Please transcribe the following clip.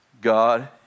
God